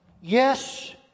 yes